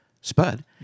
Spud